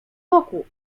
boku